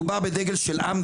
מדובר בדגל של עם,